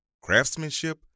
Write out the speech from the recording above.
Craftsmanship